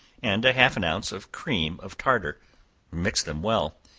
and a half an ounce of cream of tartar mix them well,